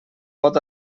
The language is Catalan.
pot